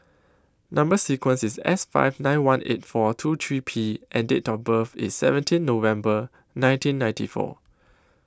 Number sequence IS S five nine one eight four two three P and Date of birth IS seventeen November nineteen ninety four